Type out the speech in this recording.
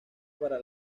para